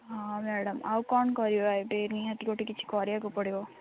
ହଁ ମ୍ୟାଡ଼ାମ୍ ଆଉ କ'ଣ କରିବା ଏବେ ନିହାତି ଗୋଟେ କିଛି କରିବାକୁ ପଡ଼ିବ